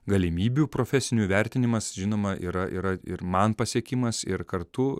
galimybių profesinių vertinimas žinoma yra yra ir man pasiekimas ir kartu